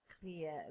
clear